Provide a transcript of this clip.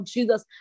Jesus